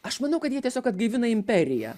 aš manau kad jie tiesiog atgaivina imperiją